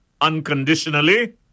unconditionally